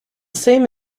same